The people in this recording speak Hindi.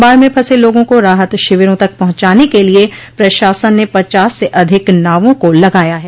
बाढ़ में फसे लोगों को राहत शिविरों तक पहुंचाने के लिये प्रशासन ने पचास से अधिक नावों को लगाया है